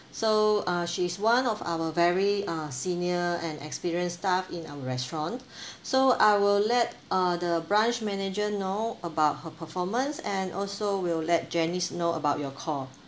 so uh she's one of our very uh senior and experienced staff in our restaurant so I will let uh the branch manager know about her performance and also will let janice know about your call